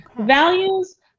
values